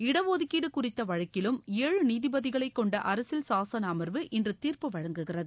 இடஒதுக்கீடு குறித்த வழக்கிலும் ஏழு நீதிபதிகளை கொண்ட அரசியல் சாசன அமர்வு இன்று தீர்ப்பு வழங்குகிறது